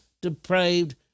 depraved